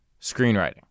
screenwriting